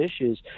issues